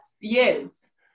Yes